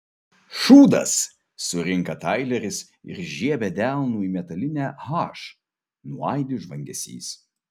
šūdas surinka taileris ir žiebia delnu į metalinę h nuaidi žvangesys